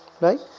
Right